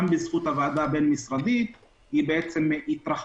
גם בזכות הוועדה הבין משרדית היא התרחבה.